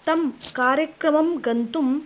तं कार्यक्रमं गन्तुम्